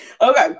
Okay